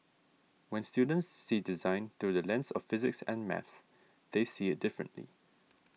when students see design through the lens of physics and maths they see it differently